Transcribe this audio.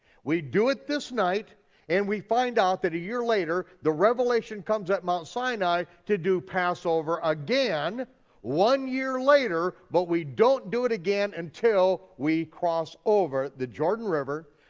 we do it this night and we find out that a year later the revelation comes at mount sinai to do passover again one year later but we don't do it again until we cross over the jordan river,